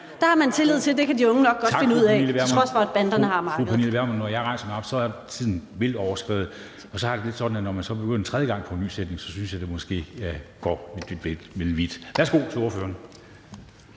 her har man tillid til, at det kan de unge nok godt finde ud af, til trods for at banderne har markedet.